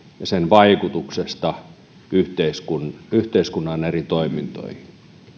ja sen vaikutuksesta yhteiskunnan yhteiskunnan eri toimintoihin